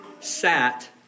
sat